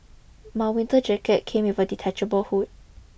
my winter jacket came with a detachable hood